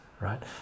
right